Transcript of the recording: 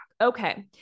okay